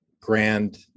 grand